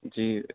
جی